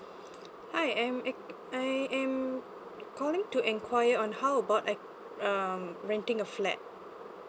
hi am act~ I am calling to enquire on how about I um renting a flat